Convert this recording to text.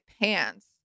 pants